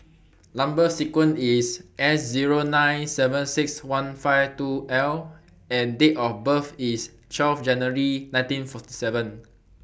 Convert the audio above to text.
Number sequence IS A Zero nine seven six one five two L and Date of birth IS twelve January nineteen forty seven